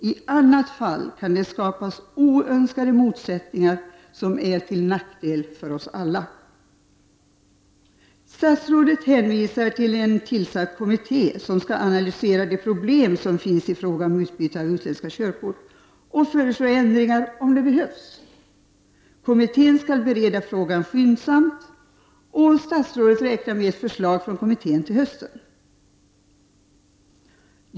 I annat fall kan det skapa oönskade motsättningar som är till nackdel för oss alla. Statsrådet hänvisar till en tillsatt kommitté som skall analysera de problem som finns i fråga om utbyte av utländska körkort — och föreslå ändringar om det behövs. Kommittén skall bereda frågan skyndsamt, och statsrådet räknar med ett förslag från kommittén till hösten.